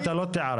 אתה לא תערער.